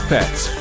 Pets